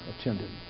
attended